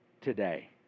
today